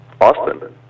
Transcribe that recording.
Austin